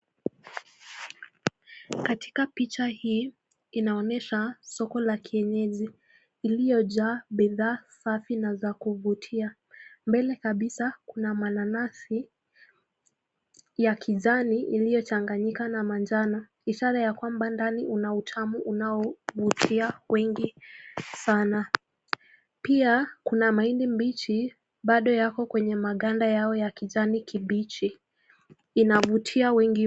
Katika picha hii inaonyesha soko la kienyeji lililojaa bidhaa safi na za kuvutia. Mbele kabisa kuna mananasi ya kijani iliyochanganyika na manjano, ishara ya kwamba ndani una utamu unaovutia wengi sana. Pia kuna mahindi mbichi bado yako kwenye maganda yao ya kijani kibichi. Inavutia wengi.